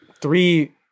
three